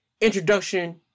introduction